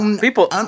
People